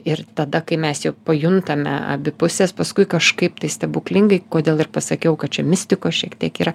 ir tada kai mes jau pajuntame abi pusės paskui kažkaip tai stebuklingai kodėl ir pasakiau kad čia mistikos šiek tiek yra